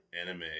anime